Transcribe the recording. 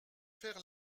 faire